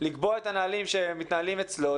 לקבוע את הנהלים שמתנהלים אצלו,